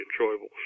enjoyable